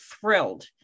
thrilled